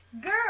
Girl